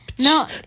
No